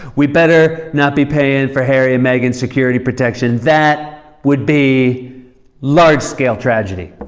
we better not be paying for harry and meghan's security protection. that would be large-scale tragedy.